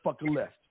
left